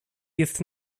jest